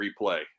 replay